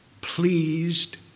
pleased